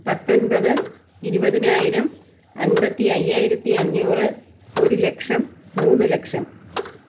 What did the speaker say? പത്തൊൻപത് ഇരുപതിനായിരം അൻപ്പത്തി അയ്യായിരത്തി അഞ്ഞൂറ് ഒരു ലക്ഷം മൂന്ന് ലക്ഷം